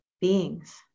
beings